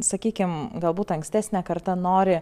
sakykim galbūt ankstesnė karta nori